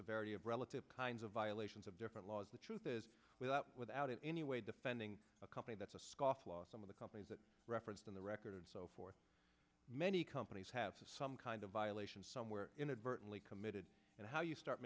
severity of relative kinds of violations of different laws the truth is without without in any way defending a company that's a scofflaw some of the companies that referenced in the record and so forth many companies have some kind of violations somewhere inadvertently committed and how you start